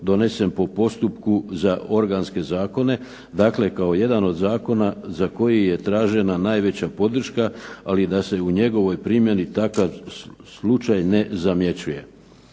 donesen po postupku za organske zakone, dakle kao jedan od zakona za koji je tražena najveća podrška ali da se u njegovoj primjeni takav slučaj ne zamjećuje.